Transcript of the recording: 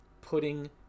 putting